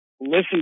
listen